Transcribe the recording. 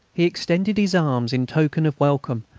he extended his arms in token of welcome,